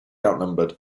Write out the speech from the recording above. outnumbered